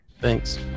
Thanks